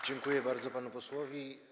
Dziękuję bardzo panu posłowi.